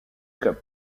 cup